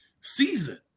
season